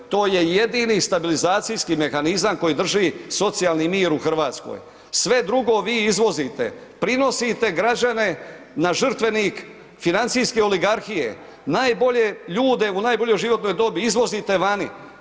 To je jedini stabilizacijski mehanizam koji drži socijalni mir u Hrvatskoj, sve drugo vi izvozite, prinosite građane na žrtvenik financijske oligarhije, najbolje ljude u najboljoj životnoj dobi izvozite vani.